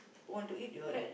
want to eat you all eat